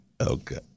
Okay